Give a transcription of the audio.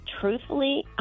truthfully